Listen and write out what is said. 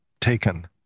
taken